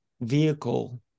vehicle